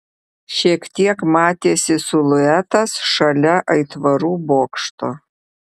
šiek tiek matėsi siluetas šalia aitvarų bokšto